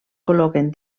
col·loquen